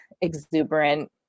exuberant